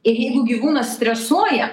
ir jeigu gyvūnas stresuoja